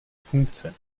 funkce